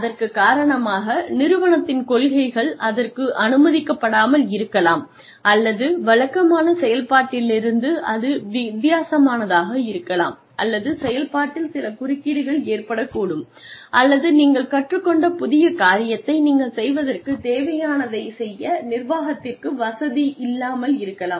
அதற்குக் காரணமாக நிறுவனத்தின் கொள்கைகள் அதற்கு அனுமதிக்கப்படாமல் இருக்கலாம் அல்லது வழக்கமான செயல்பாட்டிலிருந்து அது அதிக வித்தியாசமானதாக இருக்கலாம் அல்லது செயல்பாட்டில் சில குறுக்கீடுகள் ஏற்படக்கூடும் அல்லது நீங்கள் கற்றுக்கொண்ட புதிய காரியத்தை நீங்கள் செய்வதற்கு தேவையானதைச் செய்ய நிர்வாகத்திற்கு வசதி இல்லாமல் இருக்கலாம்